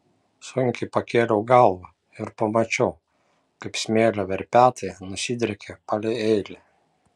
sunkiai pakėliau galvą ir pamačiau kaip smėlio verpetai nusidriekė palei eilę